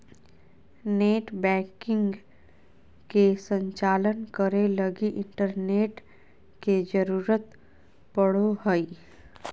net banking के संचालन करे लगी इंटरनेट के जरुरत पड़ो हइ